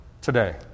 today